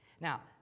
Now